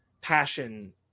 passion